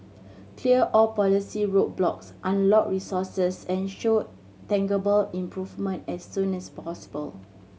clear all policy roadblocks unlock resources and show tangible improvement as soon as possible